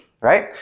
right